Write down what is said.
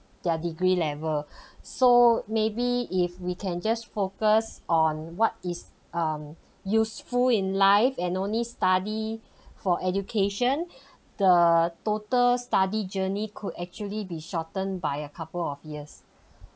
their degree level so maybe if we can just focus on what is um useful in life and only study for education the total study journey could actually be shortened by a couple of years